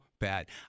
Bad